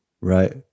right